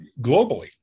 globally